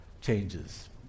changes